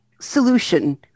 solution